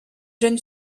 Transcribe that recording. jeune